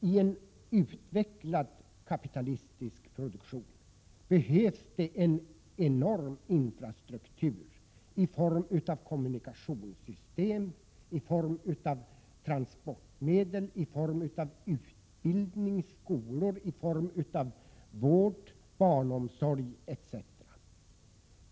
I en utvecklad kapitalistisk produktion behövs det nämligen en enorm infrastruktur i form av kommunikationssystem, transportmedel, utbildning/skolor, vård, barnomsorg etc.